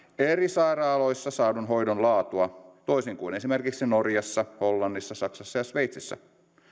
eri sairaaloissa saadun hoidon laatua toisin kuin esimerkiksi norjassa hollannissa saksassa ja sveitsissä